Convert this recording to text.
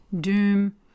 doom